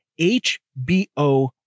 HBO